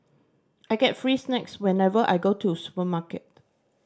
I get free snacks whenever I go to the supermarket